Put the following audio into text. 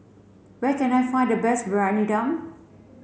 where can I find the best Briyani Dum